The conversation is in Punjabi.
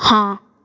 ਹਾਂ